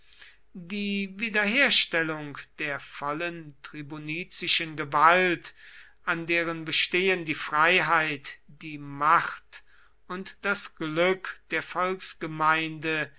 die wiederherstellung der vollen tribunizischen gewalt an deren bestehen die freiheit die macht und das glück der